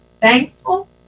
thankful